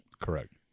Correct